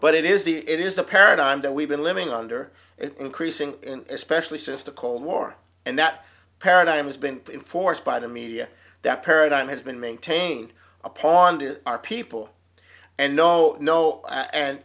but it is the it is the paradigm that we've been living under increasing especially since the cold war and that paradigm has been enforced by the media that paradigm has been maintained a pond is our people and no no and